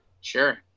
Sure